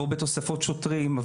תוספות שוטרים,